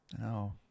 No